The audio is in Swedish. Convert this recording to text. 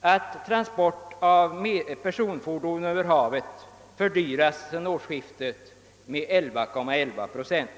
att transport av personfordon över havet fördyrats sedan årsskiftet med 11,11 procent.